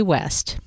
West